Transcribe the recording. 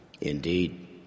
Indeed